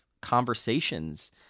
conversations